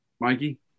Mikey